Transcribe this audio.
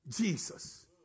Jesus